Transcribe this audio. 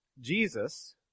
Jesus